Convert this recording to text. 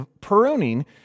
pruning